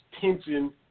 tension